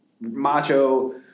Macho